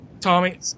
Tommy